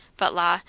but la!